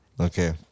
Okay